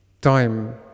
time